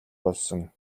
болсон